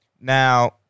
Now